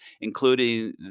including